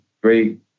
great